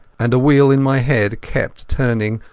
and a wheel in my head kept turning,